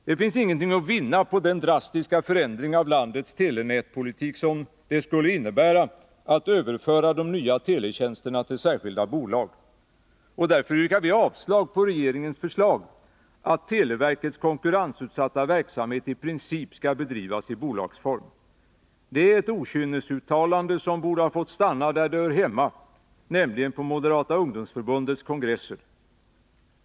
Det finns ingenting att vinna på den drastiska förändring av landets telenätspolitik som det skulle innebära att överföra de nya teletjänsterna till särskilda bolag. Och därför yrkar vi avslag på regeringens förslag att televerkets konkurrensutsatta verksamhet i princip skall bedrivas i bolagsform. Det är ett okynnesuttalande som borde ha fått stanna där det hör hemma, nämligen på Moderata ungdomsförbundets kongresser.